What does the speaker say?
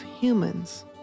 humans